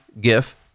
gif